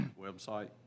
website